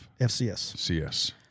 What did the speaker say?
FCS